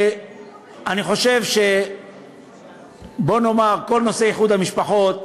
אני חושב שבוא נאמר, כל נושא איחוד המשפחות,